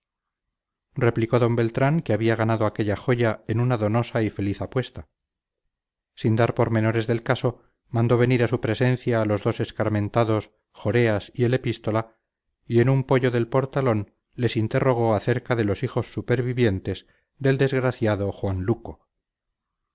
replicó don beltrán que había ganado aquella joya en una donosa y feliz apuesta sin dar pormenores del caso mandó venir a su presencia a los dos escarmentados joreas y el epístola y en un poyo del portalón les interrogó acerca de los hijos supervivientes del desgraciado juan luco